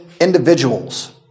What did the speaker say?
individuals